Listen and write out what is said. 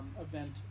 event